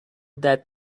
that